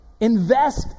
Invest